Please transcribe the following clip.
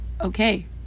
okay